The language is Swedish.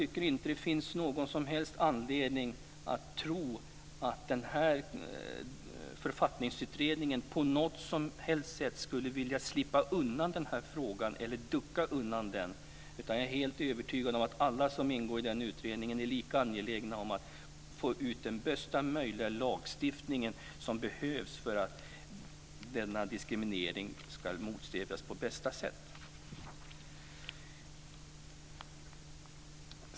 Det finns inte någon som helst anledning att tro att Författningsutredningen skulle vilja slippa undan eller ducka undan för frågan. Jag är helt övertygad om att alla som ingår i utredningen är lika angelägna om att få ut den bästa möjliga lagstiftning som behövs för att denna diskriminering ska stävjas på bästa sätt.